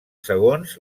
segons